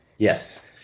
Yes